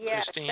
Yes